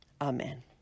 Amen